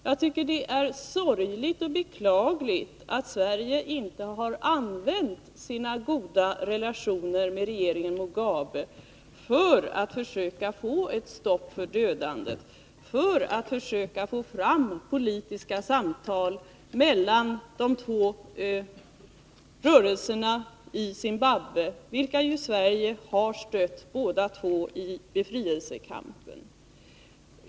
Jag tycker att det är sorgligt och beklagligt att Sverige inte har använt sina goda relationer med regeringen Mugabe för att försöka få ett stopp för dödandet, för att försöka få fram politiska samtal mellan de två rörelserna i Zimbabwe, vilka ju Sverige har stött i befrielsekampen.